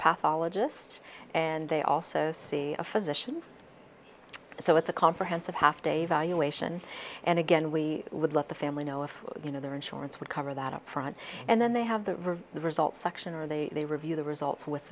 pathologist and they also see a physician so it's a comprehensive half day evaluation and again we would let the family know if you know their insurance would cover that up front and then they have the results section or they review the results with